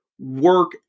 work